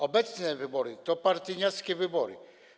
Obecne wybory to partyjniackie wybory.